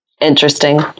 Interesting